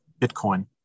Bitcoin